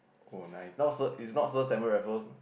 oh nice not so it's not supposed Stamford-Raffles